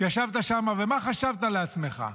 ישבת שם ומה חשבת לעצמך?